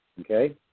Okay